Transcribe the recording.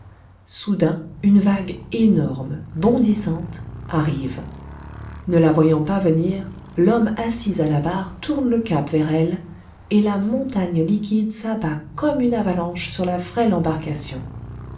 soudain une vague énorme bondissante arrive ne la voyant pas venir l'homme assis à la barre tourne le cap vers elle et la montagne liquide s'abat comme une avalanche sur la frêle embarcation